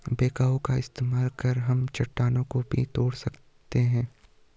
backhoe का इस्तेमाल कर हम चट्टानों को भी तोड़ सकते हैं